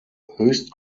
höchst